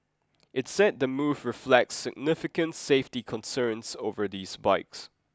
it said the move reflects significant safety concerns over these bikes